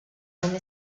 come